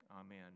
amen